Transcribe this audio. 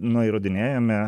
nu įrodinėjome